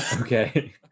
Okay